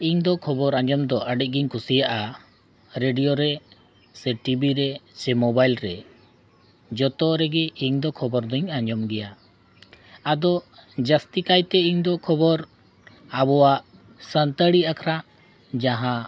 ᱤᱧ ᱫᱚ ᱠᱷᱚᱵᱚᱨ ᱟᱸᱡᱚᱢ ᱫᱚ ᱟᱹᱰᱤᱜᱤᱧ ᱠᱩᱥᱤᱭᱟᱜᱼᱟ ᱨᱮᱰᱤᱭᱳ ᱨᱮ ᱥᱮ ᱴᱤᱵᱤ ᱨᱮ ᱥᱮ ᱢᱳᱵᱟᱭᱤᱞ ᱨᱮ ᱡᱚᱛᱚ ᱨᱮᱜᱮ ᱤᱧ ᱫᱚ ᱠᱷᱚᱵᱚᱨ ᱫᱚᱧ ᱟᱸᱡᱚᱢ ᱜᱮᱭᱟ ᱟᱫᱚ ᱡᱟᱹᱥᱛᱤ ᱠᱟᱭᱛᱮ ᱤᱧ ᱫᱚ ᱠᱷᱚᱵᱚᱨ ᱟᱵᱚᱣᱟᱜ ᱥᱟᱱᱛᱟᱲᱤ ᱟᱠᱷᱲᱟ ᱡᱟᱦᱟᱸ